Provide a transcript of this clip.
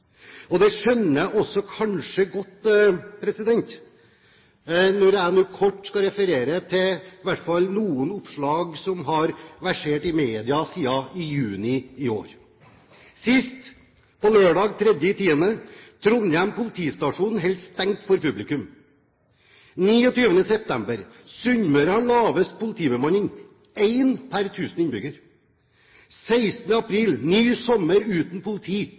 tatt. Det skjønner jeg også godt, når jeg nå kort skal referere til noen oppslag som har versert i media i år: sist – på søndag – 3. oktober: Trondheim politistasjon holder stengt for publikum 29. september: Sunnmøre har lavest politibemanning – 1 per 1 000 innbygger 16. april: ny sommer uten politi